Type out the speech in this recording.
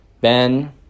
Ben